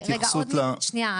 רק התייחסות --- רגע, שנייה.